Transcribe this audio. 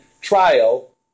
trial